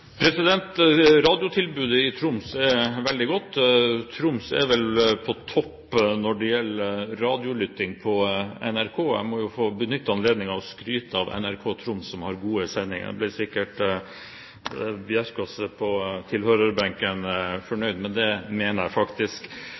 Radiotilbudet i Troms er veldig godt. Troms er vel på topp når det gjelder radiolytting på NRK. Jeg må få benytte anledningen til å skryte av NRK Troms, som har gode sendinger. Det blir sikkert Bjerkaas på tilhørerbenken fornøyd med, men det mener jeg faktisk.